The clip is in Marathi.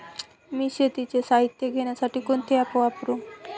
मी शेतीचे साहित्य घेण्यासाठी कोणते ॲप वापरु?